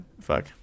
fuck